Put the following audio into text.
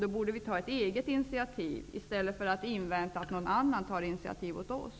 Vi borde då ta ett eget initiativ, i stället för att invänta att någon annan tar initiativ åt oss.